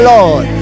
Lord